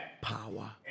power